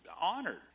honored